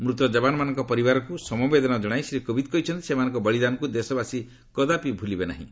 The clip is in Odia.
ମୂତ ଜବାନମାନଙ୍କ ପରିବାରକୁ ସମବେଦନା ଜଣାଇ ଶ୍ରୀ କୋବିନ୍ଦ କହିଛନ୍ତି ସେମାନଙ୍କ ବଳିଦାନକୁ ଦେଶବାସୀ କଦାପି ଭୁଲିବେ ନାହିଁ